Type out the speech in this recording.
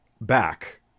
back